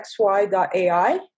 XY.AI